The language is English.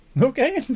okay